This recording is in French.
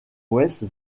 ouest